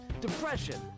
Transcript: depression